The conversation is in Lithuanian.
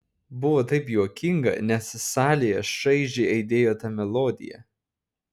buvo taip juokinga nes salėje šaižiai aidėjo ta melodija